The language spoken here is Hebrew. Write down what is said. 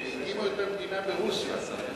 שהקימו את המדינה ברוסיה.